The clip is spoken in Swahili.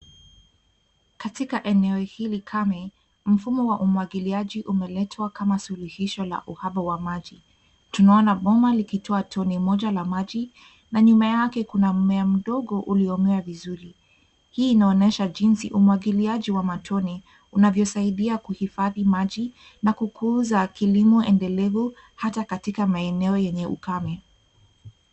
Katika eneo hili kame mfumo wa umwagiliaji umeletwa kama suluhisho la uhaba wa maji. Tunaona boma likitoa tone moja la maji na nyuma yake kuna mmea mdogo ulio mea vizuri. Hii inaonyesha jinsi umwagiliaji wa matone unavyosaidia kuhifadhi maji na kukuza kilimo endelevu hata katika maeneo yenye ukame.